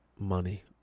money